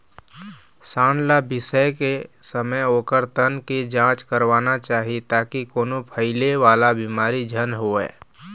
सांड ल बिसाए के समे ओखर तन के जांच करवाना चाही ताकि कोनो फइले वाला बिमारी झन होवय